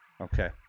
Okay